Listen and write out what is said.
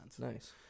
Nice